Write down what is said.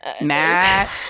Matt